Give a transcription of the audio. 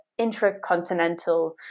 intracontinental